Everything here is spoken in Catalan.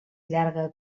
llarga